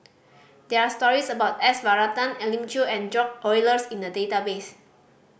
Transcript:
there are stories about S Varathan Elim Chew and George Oehlers in the database